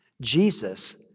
Jesus